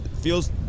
feels